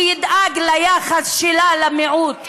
שידאג ליחס שלה למיעוט,